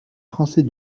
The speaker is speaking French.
français